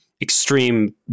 extreme